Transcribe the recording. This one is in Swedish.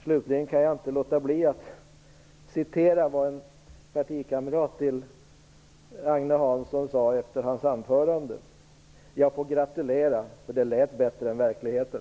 Slutligen kan jag inte låta bli att citera vad en partikamrat till Agne Hansson sade efter hans anförande: Jag får gratulera, för det lät bättre än verkligheten.